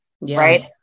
Right